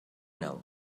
now